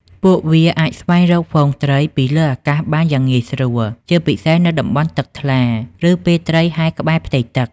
ពួកវាអាចស្វែងរកហ្វូងត្រីពីលើអាកាសបានយ៉ាងងាយស្រួល ជាពិសេសនៅតំបន់ទឹកថ្លា ឬពេលត្រីហែលក្បែរផ្ទៃទឹក។